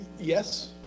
Yes